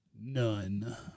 None